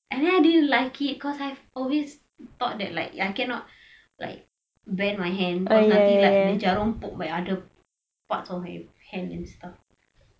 and then I didn't like it cause I always thought that like I cannot like bend my hand cause nanti like the jarum poke my other parts of my hand and stuff